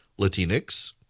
Latinx